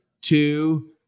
two